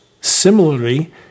Similarly